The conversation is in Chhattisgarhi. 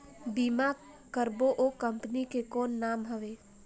बीमा करबो ओ कंपनी के कौन नाम हवे?